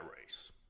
race